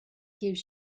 gives